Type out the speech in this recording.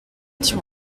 petit